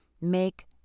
make